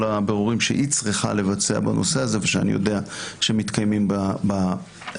הבירורים שהיא צריכה לבצע בנושא הזה ושאני יודע שמתקיימים בה מאתמול.